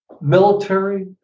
military